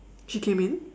she came in